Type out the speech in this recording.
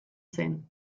zen